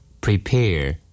Prepare